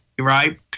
right